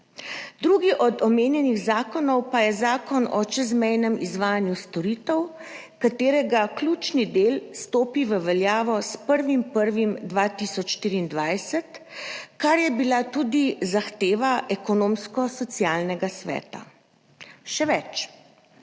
Drugi od omenjenih zakonov pa je Zakon o čezmejnem izvajanju storitev, katerega ključni del stopi v veljavo s 1. 1. 2024, kar je bila tudi zahteva Ekonomsko-socialnega sveta. Še več,